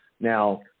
Now